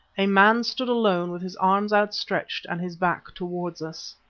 a man stood alone with his arms outstretched and his back towards us.